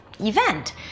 event